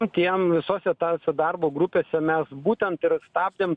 nu tiem visose tose darbo grupėse mes būtent ir stabdėm